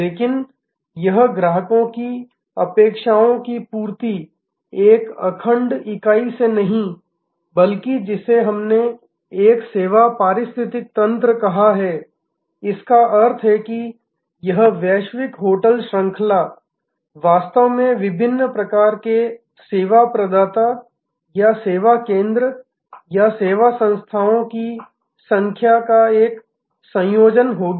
लेकिन यह ग्राहकों की अपेक्षाओं की पूर्ति एक अखंड इकाई से नहीं बल्कि जिसे हमने एक सेवा पारिस्थितिकी तंत्र कहा है इसका अर्थ है कि यह वैश्विक होटल श्रृंखला वास्तव में विभिन्न प्रकार के सेवा प्रदाता या सेवा केंद्र या सेवा संस्थाओं की संख्या का एक संयोजन होगी